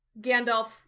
Gandalf